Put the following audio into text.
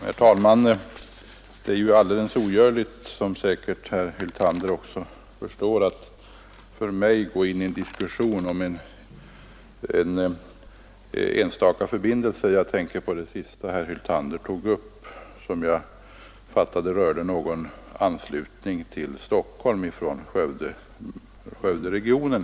Herr talman! Det är ju alldeles ogörligt, som säkerligen herr Hyltander också förstår, för mig att gå in i en diskussion om en enstaka förbindelse. Jag tänker på det sista herr Hyltander tog upp, som jag fattade rörde någon anslutning till Stockholm från Skövderegionen.